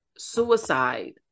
suicide